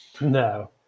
No